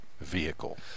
vehicle